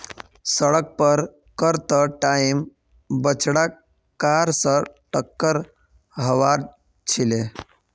सड़क पार कर त टाइम बछड़ा कार स टककर हबार छिले